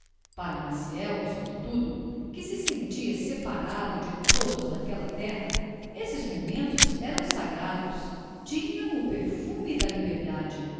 para maciel sobretudo que se sentia separado de todos d'aquella terra esses momentos eram sagrados tinham o perfume da liberdade